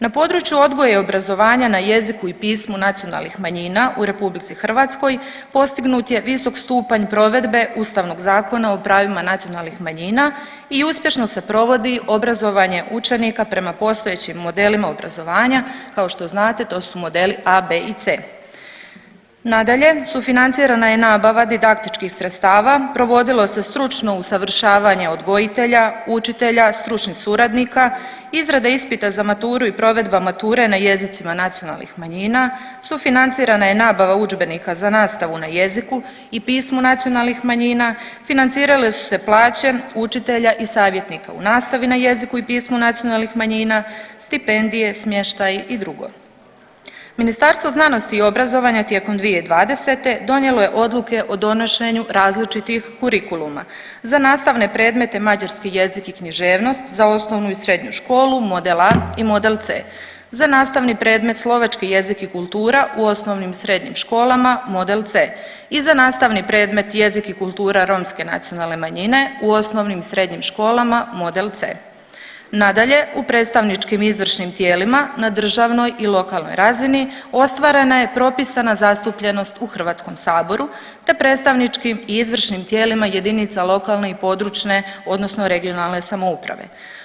Na području odgoja i obrazovanja na jeziku i pismu nacionalnih manjina u RH postignut je visok stupanj provedbe Ustavnog zakona o pravima nacionalnih manjina i uspješno se provodi obrazovanje učenike prema postojećim modelima obrazovanja, kao što znate to su modeli A, B i C. Nadalje, sufinancirana je nabava didaktičkih sredstava, provodilo se stručno usavršavanje odgojitelja, učitelja, stručnih suradnika, izrada ispita za maturu i provedba mature na jezicima nacionalnih manjina, sufinancirana je nabava udžbenika za nastavu na jeziku i pismu nacionalnih manjina, financirale su se plaće učitelja i savjetnika u nastavi na jeziku i pismu nacionalnih manjina, stipendije, smještaj i dr. Ministarstvo znanosti i obrazovanja tijekom 2020. donijelo je odluke o donošenju različitih kurikuluma za nastavne predmete mađarski jezik i književnost za osnovnu i srednju školu model A i model C, za nastavni predmet slovački jezik i kultura u osnovnim i srednjim školama model C i za nastavni predmet jezik i kultura Romske nacionalne manjine u osnovnim i srednjim školama model C. Nadalje, u predstavničkim i izvršnim tijelima na državnoj i lokalnoj razini ostvarena je propisana zastupljenost u HS-u te predstavničkim i izvršnim tijelima jedinica lokalne i područne (regionalne) samouprave.